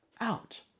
out